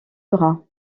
bras